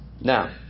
Now